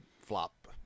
flop